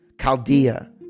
Chaldea